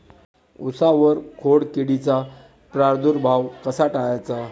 उसावर खोडकिडीचा प्रादुर्भाव कसा टाळायचा?